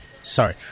Sorry